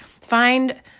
Find